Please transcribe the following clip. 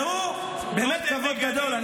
תשמעו, באמת כבוד גדול.